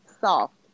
soft